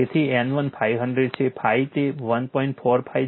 તેથી N1 500 છે ∅1 ને 1